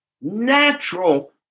natural